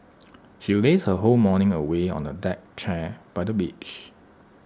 she lazed her whole morning away on A deck chair by the beach